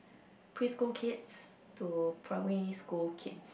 pre school kids to primary school kids